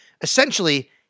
essentially